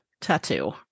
tattoo